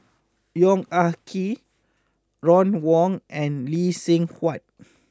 Yong Ah Kee Ron Wong and Lee Seng Huat